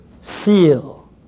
seal